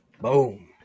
Boom